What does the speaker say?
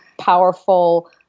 powerful